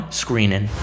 screening